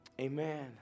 amen